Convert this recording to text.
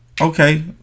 okay